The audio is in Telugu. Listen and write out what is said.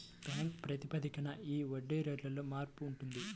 బ్యాంక్ ప్రాతిపదికన ఈ వడ్డీ రేటులో మార్పు ఉంటుంది